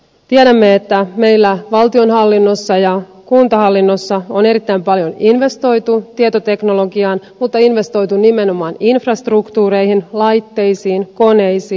tiedämme että meillä valtionhallinnossa ja kuntahallinnossa on erittäin paljon investoitu tietoteknologiaan mutta investoitu nimenomaan infrastruktuureihin laitteisiin koneisiin